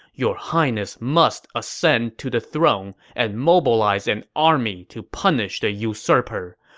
your highness must ascend to the throne and mobilize an army to punish the usurper.